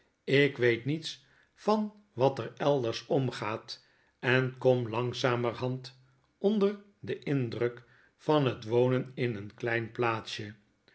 ik weet niets van wat er elders omgaat en kom langzamerhand onder den indruk van het wonen in een klein plaatsje